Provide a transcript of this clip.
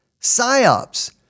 PsyOps